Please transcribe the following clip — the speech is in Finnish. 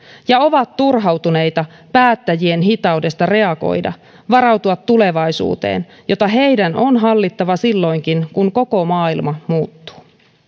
ja ovat turhautuneita päättäjien hitaudesta reagoida varautua tulevaisuuteen jota heidän on hallittava silloinkin kun koko maailma muuttuu